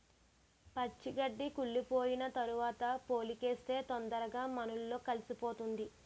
పచ్చి గడ్డి కుళ్లిపోయిన తరవాత పోలికేస్తే తొందరగా మన్నులో కలిసిపోతాది